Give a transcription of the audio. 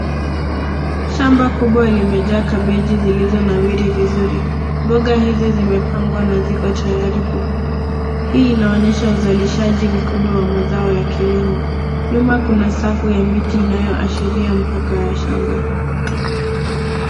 Shamba kubwa limejaa kabeji zilizonawiri vizuri. Mboga hizi zimepangwa na ziko tayari kuvunwa. Hii inaonyesha uzalishaji mkubwa wa mazao ya kilimo. Nyuma kuna safu ya miti inayoashiria mpaka ya shamba.